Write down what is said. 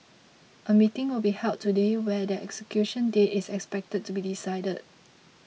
a meeting will be held today where their execution date is expected to be decided